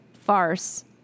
farce